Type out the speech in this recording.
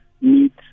meet